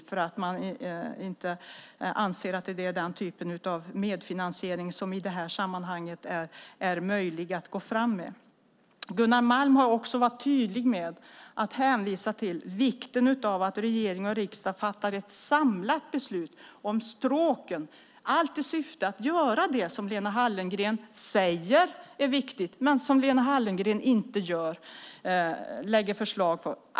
Man anser inte att det är den typen av medfinansiering som i det här sammanhanget är möjlig att gå fram med. Gunnar Malm har också varit tydlig med att hänvisa till vikten av att regering och riksdag fattar ett samlat beslut om stråken. Allt är i syfte att göra det som Lena Hallengren säger är viktigt men som Lena Hallengren inte lägger förslag om.